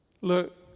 Look